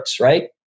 right